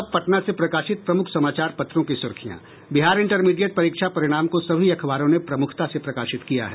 अब पटना से प्रकाशित प्रमुख समाचार पत्रों की सुर्खियां बिहार इंटरमीडिएट परीक्षा परिणाम को सभी अखबारों ने प्रमुखता से प्रकाशित किया है